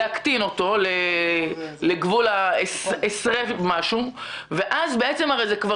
להקטין אותו לגבול --- הרי זה שולם,